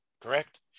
Correct